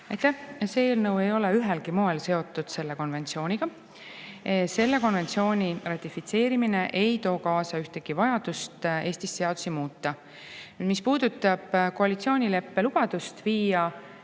ei ole ühelgi moel seotud selle konventsiooniga. Selle konventsiooni ratifitseerimine ei too kaasa ühtegi vajadust Eestis seadusi muuta. Mis puudutab koalitsioonileppe lubadust viia